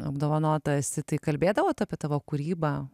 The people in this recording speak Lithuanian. apdovanota esi tai kalbėdavot apie tavo kūrybą